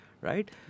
Right